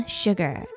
sugar